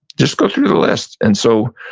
just go through the list. and so,